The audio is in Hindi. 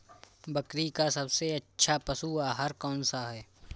बकरी का सबसे अच्छा पशु आहार कौन सा है?